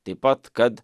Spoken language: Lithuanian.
taip pat kad